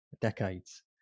decades